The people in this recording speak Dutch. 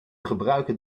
gebruiken